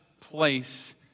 place